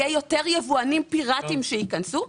יהיו יותר יבואנים פיראטים שייכנסו.